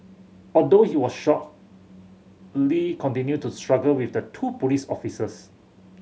although he was shot Lee continued to struggle with the two police officers